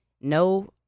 no